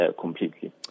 completely